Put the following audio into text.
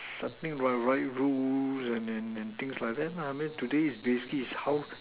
something like right rules and things like that lah I meant basically today is like how